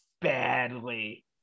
badly